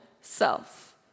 self